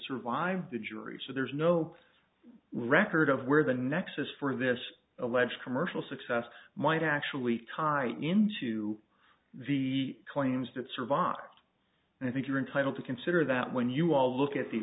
survive the jury so there's no record of where the nexus for this alleged commercial success might actually tie in to the claims that survive and i think you are entitled to consider that when you all look at the